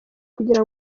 kugira